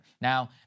Now